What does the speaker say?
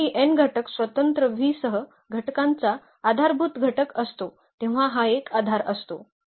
कोणताही n घटक स्वतंत्र V सह घटकांचा आधारभूत घटक असतो तेव्हा हा एक आधार असतो